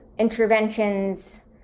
Interventions